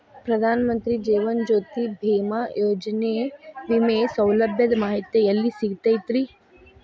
ಪ್ರಧಾನ ಮಂತ್ರಿ ಜೇವನ ಜ್ಯೋತಿ ಭೇಮಾಯೋಜನೆ ವಿಮೆ ಸೌಲಭ್ಯದ ಮಾಹಿತಿ ಎಲ್ಲಿ ಸಿಗತೈತ್ರಿ?